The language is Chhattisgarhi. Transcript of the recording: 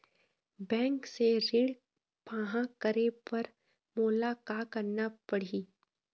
बैंक से ऋण पाहां करे बर मोला का करना पड़ही?